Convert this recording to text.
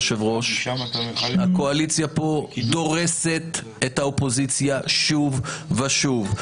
יושב הראש - הקואליציה פה דורסת את האופוזיציה שוב ושוב.